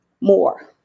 more